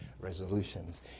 resolutions